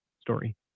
story